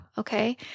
Okay